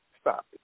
Stop